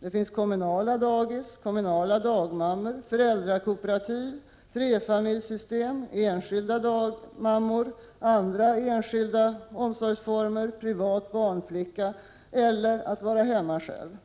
Det finns kommunala dagis, kommunala dagmammor, föräldrakooperativ, trefamiljssystem, enskilda dagmammor, andra enskilda barnomsorgsformer, privat barnflicka eller att vara hemma själv.